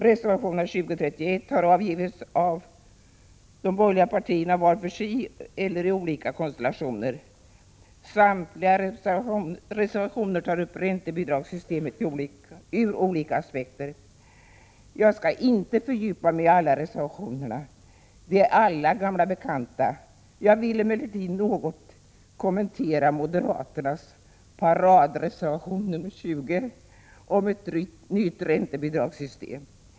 Reservationerna 20-31 har avgetts av de borgerliga partierna var för sig eller i olika konstellationer. Samtliga reservationer tar upp räntebidragssystemet ur olika aspekter. Jag skall inte fördjupa mig i alla reservationerna. De är alla gamla bekanta. Jag vill emellertid något kommentera moderaternas paradreservation nr 20 om ett nytt räntebidragssystem.